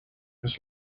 his